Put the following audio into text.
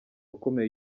akomeye